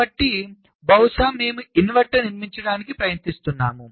కాబట్టి బహుశా మేము ఇన్వర్టర్ నిర్మించడానికి ప్రయత్నిస్తున్నాము